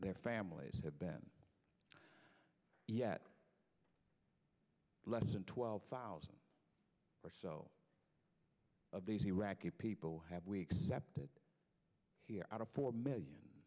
and their families have been yet less than twelve thousand or so of these iraqi people have we accepted here out of four million